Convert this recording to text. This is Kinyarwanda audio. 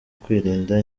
kwirinda